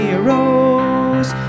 arose